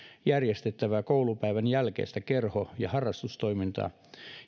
järjestettävää koulupäivän jälkeistä kerho ja harrastustoimintaa